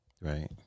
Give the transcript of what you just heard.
right